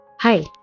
Hi